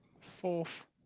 Fourth